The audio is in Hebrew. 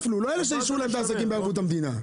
הם נפלו, לא אלה שאישרו להם את ערבות המדינה.